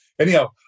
Anyhow